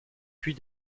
puis